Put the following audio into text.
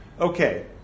Okay